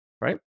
Right